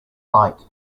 like